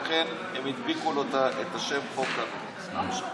ולכן הם הדביקו לו את השם חוק קמיניץ.